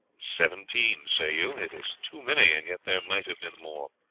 seventeen, say you? it is too many and yet there might have been more.